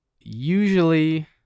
usually